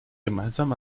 gemeinsam